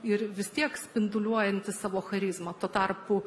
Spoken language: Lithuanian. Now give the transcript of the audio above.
ir vis tiek spinduliuojanti savo charizma tuo tarpu